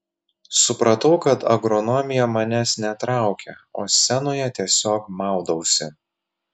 supratau kad agronomija manęs netraukia o scenoje tiesiog maudausi